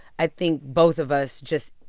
i think both of us just,